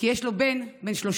כי יש לו בן בן 31